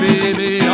Baby